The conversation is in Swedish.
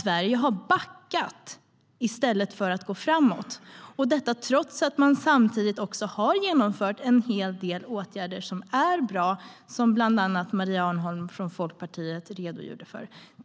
Sverige har backat i stället för att gå framåt, och detta trots att man samtidigt faktiskt har genomfört en hel del åtgärder som är bra. Bland annat Maria Arnholm från Folkpartiet redogjorde för dem.